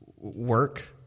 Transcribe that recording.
work